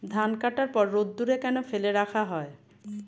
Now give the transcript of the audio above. ধান কাটার পর রোদ্দুরে কেন ফেলে রাখা হয়?